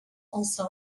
also